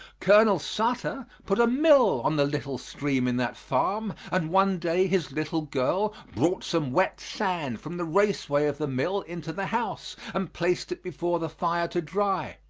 colonel sutter put a mill on the little stream in that farm and one day his little girl brought some wet sand from the raceway of the mill into the house and placed it before the fire to dry,